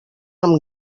amb